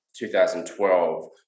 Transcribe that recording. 2012